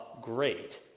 great